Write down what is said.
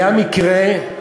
היה מקרה,